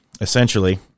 Essentially